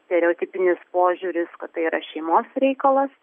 stereotipinis požiūris kad tai yra šeimos reikalas